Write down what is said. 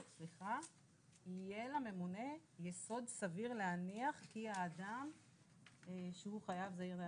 "יהיה לממונה יסוד סביר להניח כי האדם שהוא חייב זעיר,